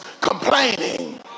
complaining